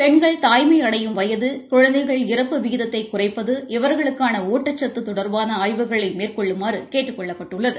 பெண்கள் தாய்மை அடையும் வயது குழந்தைகள் இறப்பு விகிதத்தை குறைப்பது இவர்களுக்கான ஊட்டச்சத்து தொடர்பான ஆய்வுகளை மேற்கொள்ளுமாறு கேட்டக் கொள்ளப்பட்டுள்ளது